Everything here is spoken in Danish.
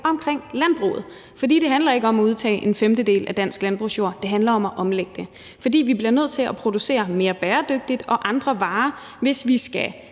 omkring landbruget. For det handler ikke om at udtage en femtedel af dansk landbrugsjord, det handler om at omlægge det. For vi bliver nødt til at producere mere bæredygtigt og producere andre varer, hvis vi skal